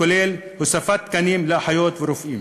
כולל הוספת תקנים לאחיות ורופאים.